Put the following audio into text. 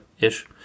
ish